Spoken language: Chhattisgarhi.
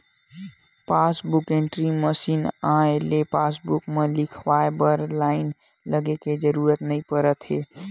पासबूक एंटरी मसीन के आए ले पासबूक म लिखवाए बर लाईन लगाए के जरूरत नइ परत हे